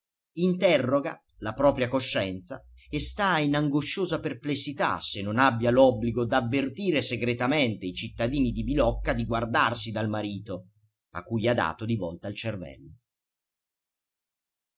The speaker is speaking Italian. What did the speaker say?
interroga la propria coscienza e sta in angosciosa perplessità se non abbia l'obbligo d'avvertire segretamente i cittadini di milocca di guardarsi dal marito a cui ha dato di volta il cervello